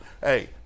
Hey